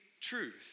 truth